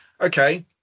okay